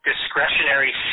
discretionary